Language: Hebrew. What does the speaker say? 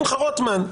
שמחה רוטמן,